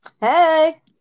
hey